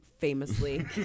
Famously